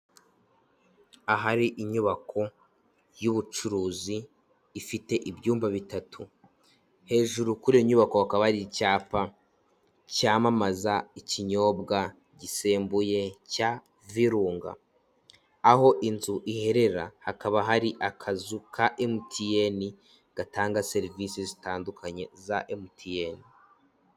Ahari inyubako y'ubucuruzi ifite ibyumba bitatu, hejuru kuri iyo nyubako hakaba hari icyapa cyamamaza ikinyobwa gisembuye cya virunga, aho inzu ihererera hakaba hari akazu ka emutiyeni gatanga serivisi zitandukanye za emutiyeni.